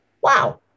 Wow